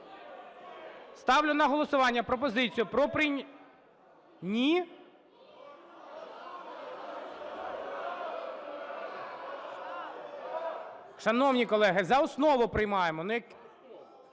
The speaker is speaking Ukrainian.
Ставлю на голосування пропозицію про прийняття… Ні? Шановні колеги, за основу приймаємо.